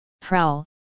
prowl